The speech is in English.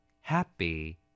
Happy